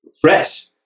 fresh